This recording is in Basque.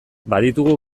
baditugu